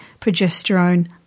progesterone